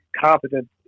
competent